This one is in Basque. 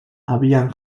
abian